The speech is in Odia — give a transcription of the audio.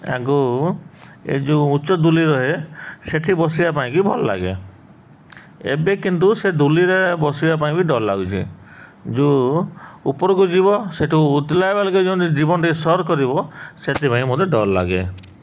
ଆକୁ ଏ ଯେଉଁ ଉଚ୍ଚ ଦୋଳି ରହେ ସେଠି ବସିବା ପାଇଁକି ଭଲ ଲାଗେ ଏବେ କିନ୍ତୁ ସେ ଦୋଳିରେ ବସିବା ପାଇଁ ବି ଡର ଲାଗୁଛି ଯେଉଁ ଉପରକୁ ଯିବ ସେଠୁ ଉତଲା ବେଲକେ ଯେଉଁ ଜୀବନ ଟିକେ ସର କରିବ ସେଥିପାଇଁ ମୋତେ ଡର ଲାଗେ